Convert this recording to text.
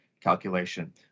calculation